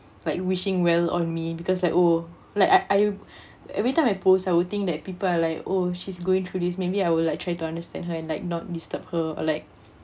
like wishing well on me because like oh like I I every time I post I would think that people are like oh she's going through this maybe I will like try to understand her and like not disturb her like